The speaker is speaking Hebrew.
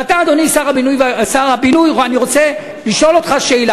ואתה, אדוני שר הבינוי, אני רוצה לשאול אותך שאלה.